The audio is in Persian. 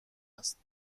است